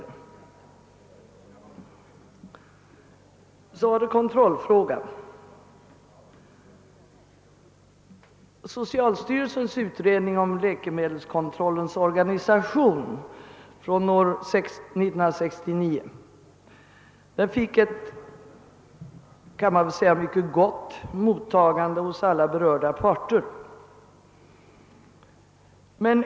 Jag övergår härefter till kontrollfrågan. Socialstyrelsens utredning från år 1969 om läkemedelskontrollens organisation har fått ett mycket gott mottagande hos alla berörda parter.